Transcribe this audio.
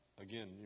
again